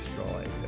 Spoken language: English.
destroyed